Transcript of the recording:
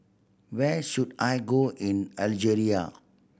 where should I go in Algeria